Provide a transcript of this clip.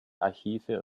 archive